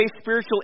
spiritual